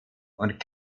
und